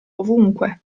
ovunque